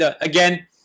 again